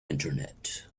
internet